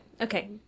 Okay